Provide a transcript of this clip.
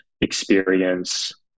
experience